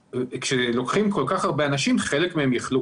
כאשר לוקחים כל כך הרבה אנשים, חלק מהם יחלו